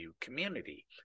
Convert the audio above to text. community